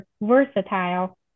versatile